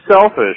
selfish